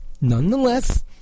Nonetheless